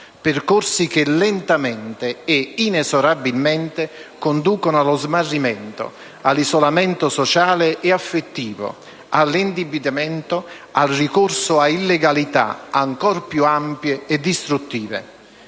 percorsi che lentamente ed inesorabilmente conducono allo smarrimento, all'isolamento sociale ed affettivo, all'indebitamento, al ricorso ad illegalità ancor più ampie e distruttive.